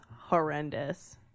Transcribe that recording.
horrendous